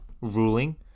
ruling